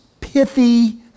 pithy